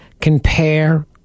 compare